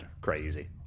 crazy